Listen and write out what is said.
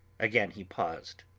again he paused.